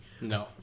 No